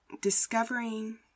discovering